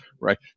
right